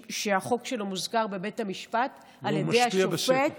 שהחוק שלו מוזכר בבית המשפט על ידי השופט.